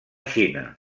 xina